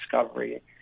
discovery